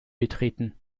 betreten